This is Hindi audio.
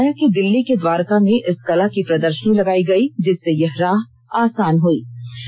उन्होंने बताया कि दिल्ली के द्वारका में इस कला की प्रदर्शनी लगाई गई जिससे यह राह आसान हुई